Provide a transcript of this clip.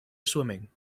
swimming